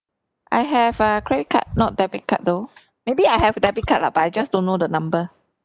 I have uh credit card not debit card though maybe I have a debit card lah but I just don't know the number